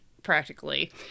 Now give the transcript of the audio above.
practically